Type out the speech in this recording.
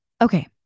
Okay